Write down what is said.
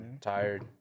Tired